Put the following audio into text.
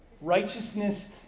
Righteousness